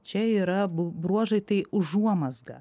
čia yra bu bruožai tai užuomazga